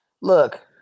Look